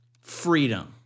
freedom